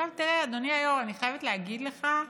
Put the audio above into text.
תראה, אדוני היושב-ראש, אני חייבת להגיד לך,